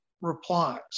replies